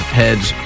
heads